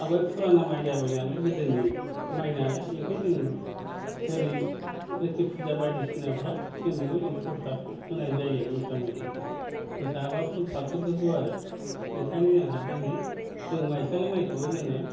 आवगाय फुराना माइ जाबाय नालाय गोदोनि माइ नालाय बेखायनो जों दिनै लोखि फुजा बायदिसिनाफ्राव जों बेखौ प्रसाद होनाय जायो जोसा माइफोरखौ जोसा बा फुल फाख्रिफोरखौ आरो बेखायनो जोंहा दिनै जों माइसालि माइखौबो जोङो